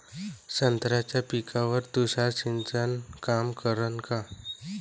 संत्र्याच्या पिकावर तुषार सिंचन काम करन का?